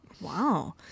Wow